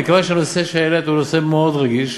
מכיוון שהנושא שהעלית הוא נושא מאוד רגיש,